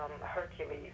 Hercules